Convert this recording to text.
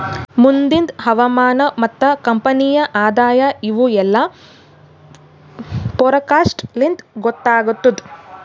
ಮುಂದಿಂದ್ ಹವಾಮಾನ ಮತ್ತ ಕಂಪನಿಯ ಆದಾಯ ಇವು ಎಲ್ಲಾ ಫೋರಕಾಸ್ಟ್ ಲಿಂತ್ ಗೊತ್ತಾಗತ್ತುದ್